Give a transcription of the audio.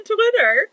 Twitter